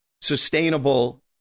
sustainable